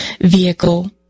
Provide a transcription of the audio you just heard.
vehicle